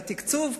והתקצוב,